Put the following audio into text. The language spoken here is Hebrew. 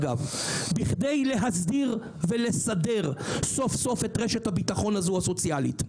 בכדי סוף סוף להסדיר ולסדר את רשת הביטחון הסוציאלית הזו.